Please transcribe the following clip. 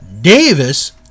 davis